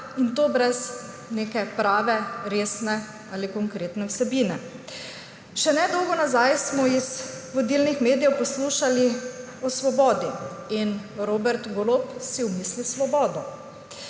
in to brez neke prave, resne ali konkretne vsebine. Še nedolgo nazaj smo iz vodilnih medijev poslušali o svobodi – in Robert Golob si omisli Svobodo.